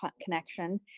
connection